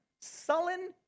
sullen